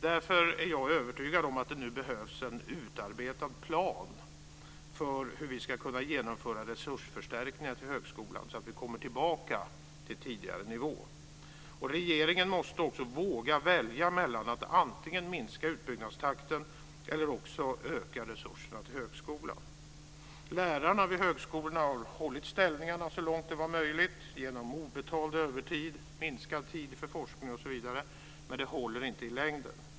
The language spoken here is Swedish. Därför är jag övertygad om att det nu behövs en utarbetad plan för hur vi ska kunna genomföra resursförstärkningar till högskolan så att vi kommer tillbaka till tidigare nivå. Regeringen måste också våga välja mellan att antingen minska utbyggnadstakten eller också öka resurserna till högskolan. Lärarna vid högskolorna har hållit ställningarna så långt det var möjligt genom obetald övertid, minskad tid för forskning osv., men det håller inte i längden.